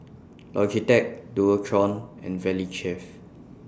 Logitech Dualtron and Valley Chef